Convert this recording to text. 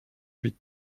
huit